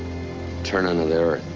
turn. on ah their